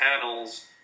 panels